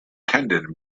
tendon